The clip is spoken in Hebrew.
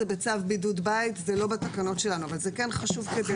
זה בצו בידוד בית וזה לא בתקנות שלנו אבל זה כן חשוב כדי להבין.